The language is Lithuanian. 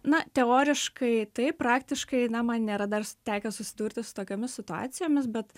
na teoriškai taip praktiškai na man nėra dar tekę susidurti su tokiomis situacijomis bet